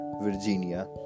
Virginia